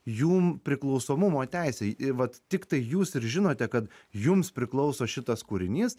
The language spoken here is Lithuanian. jums priklausomumo teisei į vat tiktai jūs ir žinote kad jums priklauso šitas kūrinys